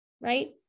right